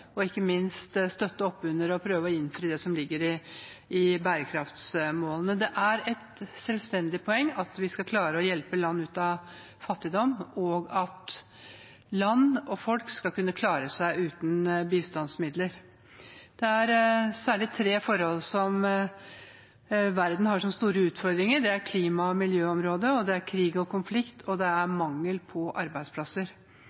og ikke minst støtte opp under og prøve å innfri det som ligger i bærekraftsmålene. Det er et selvstendig poeng at vi skal klare å hjelpe land ut av fattigdom, og at land og folk skal kunne klare seg uten bistandsmidler. Det er særlig tre forhold verden har som store utfordringer. Det er klima- og miljøområdet, det er krig og konflikt, og det er